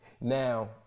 Now